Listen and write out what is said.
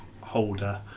holder